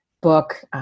book